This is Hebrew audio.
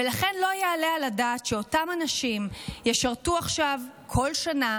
ולכן לא יעלה על הדעת שאותם אנשים ישרתו עכשיו כל שנה